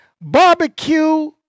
Barbecue